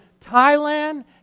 Thailand